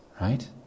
right